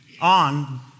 on